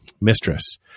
mistress